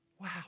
wow